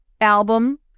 album